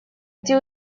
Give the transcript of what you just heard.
эти